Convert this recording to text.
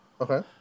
Okay